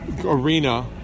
arena